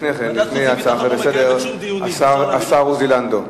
לפני הצעה, השר עוזי לנדאו.